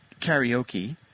karaoke